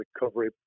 recovery